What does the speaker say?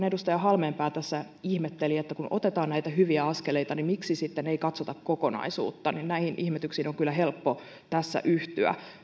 edustaja halmeenpää tässä ihmetteli että kun otetaan näitä hyviä askeleita miksi sitten ei katsota kokonaisuutta niin näihin ihmetyksiin on kyllä helppo tässä yhtyä